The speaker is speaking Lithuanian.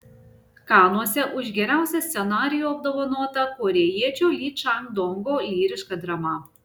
kanuose už geriausią scenarijų apdovanota korėjiečio ly čang dongo lyriška drama